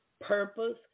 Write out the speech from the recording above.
purpose